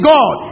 God